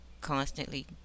constantly